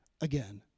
again